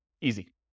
Easy